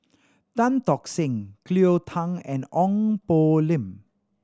Tan Tock Seng Cleo Thang and Ong Poh Lim